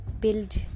build